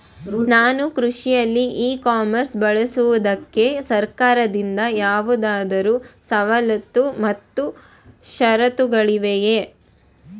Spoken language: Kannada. ನಾನು ಕೃಷಿಯಲ್ಲಿ ಇ ಕಾಮರ್ಸ್ ಬಳಸುವುದಕ್ಕೆ ಸರ್ಕಾರದಿಂದ ಯಾವುದಾದರು ಸವಲತ್ತು ಮತ್ತು ಷರತ್ತುಗಳಿವೆಯೇ?